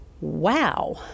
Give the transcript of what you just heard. wow